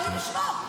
תן לה לדבר,